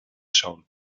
schauen